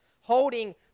holding